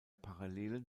parallelen